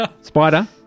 Spider